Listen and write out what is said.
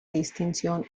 distinción